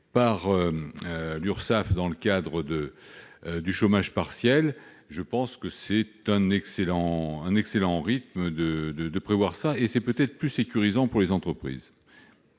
par l'Unédic dans le cadre du chômage partiel. Je pense que c'est un excellent rythme, et c'est peut-être plus sécurisant pour les entreprises.